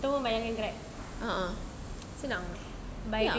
ataupun bayarkan grab senang bayar